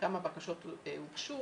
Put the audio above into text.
כמה בקשות הוגשו,